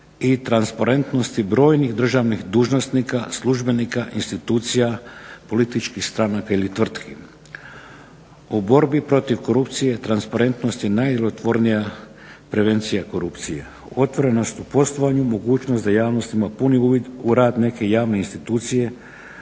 i transparentnosti brojnih državnih dužnosnika, službenika, institucija političkih stranaka ili tvrtki. U borbi protiv korupcije transparentnosti najdjelotvornija je prevencija korupcija. Otvorenost u … mogućnost da javnost ima puni uvid u rad neke javne institucije,